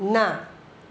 ના